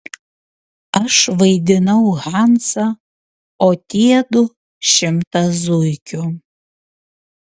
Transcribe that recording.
aš vaidinau hansą o tie du šimtą zuikių